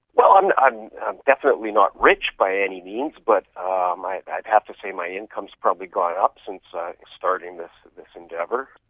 well, i'm i'm definitely not rich by any means but ah i'd have to say my income has probably gone up since ah starting this this endeavour.